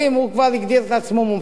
כבר הגדיר את עצמו מומחה.